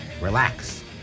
Relax